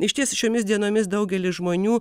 išties šiomis dienomis daugelis žmonių